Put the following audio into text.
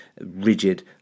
rigid